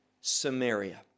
Samaria